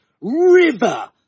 river